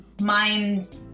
mind